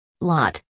Lot